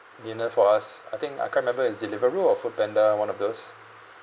dinner for us I think I can't remember it's Deliveroo or Foodpanda one of those